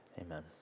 Amen